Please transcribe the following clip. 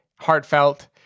heartfelt